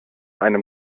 einem